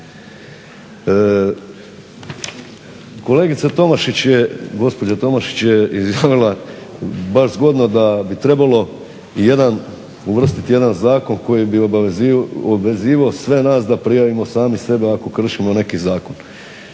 gospođa Tomašić je izjavila baš zgodno da bi trebalo uvrstit jedan zakon koji bi obvezivao sve nas da prijavimo sami sebe ako kršimo neki zakon.